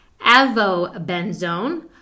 avobenzone